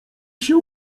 się